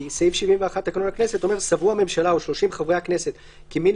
כי סעיף 71 לתקנון הכנסת אומר: סברו הממשלה או 30 חברי הכנסת כי מן